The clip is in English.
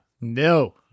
No